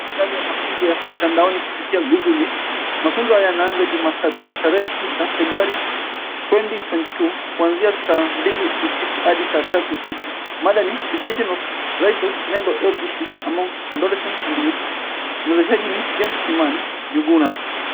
Mandhari ya mafunzo ya mtandoaini kupitia google meet . Mafunzo hayo yanaanza jumatatu, tarehe sita, februari 2022, kuanzia saa mbili usiku hadi saa tatu usiku. Mada ni Prevention of rise of mental health issues among adolescents and youths , mwendeshaji ni James Kimani Njuguna.